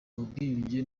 ubwiyunge